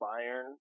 Bayern